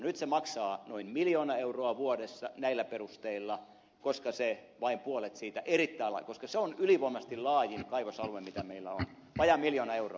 nyt se maksaa noin miljoona euroa vuodessa näillä perusteilla vain puolet siitä koska se on erittäin laaja koska se on ylivoimaisesti laajin kaivosalue mitä meillä on vajaa miljoona euroa